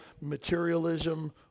materialism